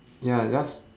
ya just